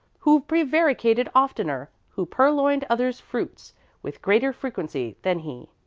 who prevaricated oftener, who purloined others' fruits with greater frequency than he.